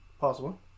Possible